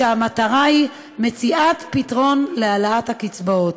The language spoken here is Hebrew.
שהמטרה שלו היא מציאת פתרון להעלאת הקצבאות.